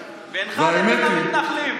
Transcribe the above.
והאמת היא,